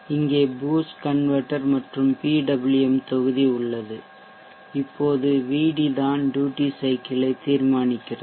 இங்கேபூஸ்ட் converter மற்றும் PWM தொகுதி உள்ளது இப்போது Vd தான் டியூட்டி சைக்கிள் ஐ தீர்மானிக்கிறது